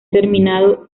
terminado